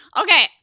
Okay